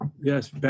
yes